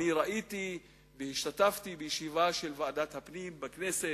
ראיתי והשתתפתי בישיבה של ועדת הפנים בכנסת,